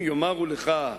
אם יאמר הוא לך: